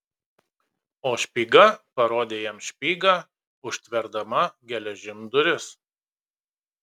o špyga parodė jam špygą užtverdama geležim duris